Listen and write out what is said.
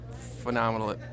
Phenomenal